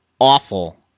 awful